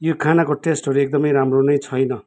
यो खानाको टेस्टहरू एकदमै राम्रो नै छैन